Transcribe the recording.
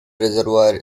reservoir